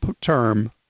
term